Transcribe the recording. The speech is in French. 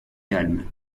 calme